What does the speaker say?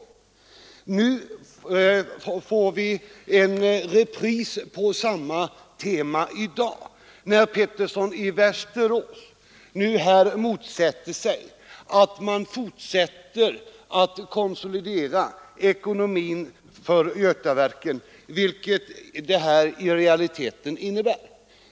I dag får vi en repris på samma tema, när herr Pettersson i Västerås nu motsätter sig att man fortsätter att konsolidera ekonomin för Götaverken, vilket det här förslaget i realiteten innebär.